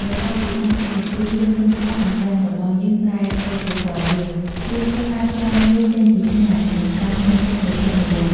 បន្ទាប់ពី៣០នាទី យើងឃើញថា ទំពាំងរបស់យើងប្រែទៅជាពណ៌លឿង រួចយើងអាចស្រង់វាចេញពីឆ្នាំង និងត្រាំក្នុងទឹកត្រជាក់មួយឡែក។